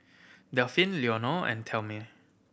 Delphine Leonor and Thelmay